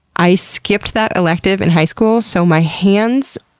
i skipped that elective in high school, so my hands,